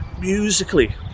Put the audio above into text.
musically